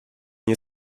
nie